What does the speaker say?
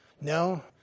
No